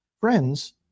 Friends